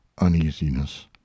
uneasiness